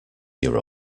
year